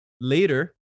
later